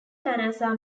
manassa